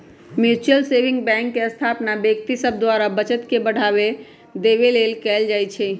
mutual saving bank के स्थापना व्यक्ति सभ द्वारा बचत के बढ़ावा देबे लेल कयल जाइ छइ